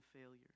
failure